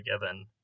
given